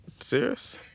serious